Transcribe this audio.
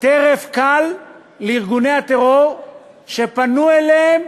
טרף קל לארגוני הטרור שפנו אליהם